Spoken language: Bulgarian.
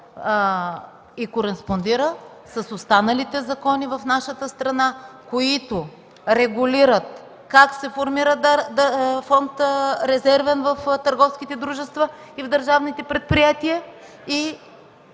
и кореспондира с останалите закони в нашата страна, които регулират как се формира фонд „Резервен” в търговските дружества и в държавните предприятия